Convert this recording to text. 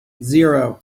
zero